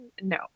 no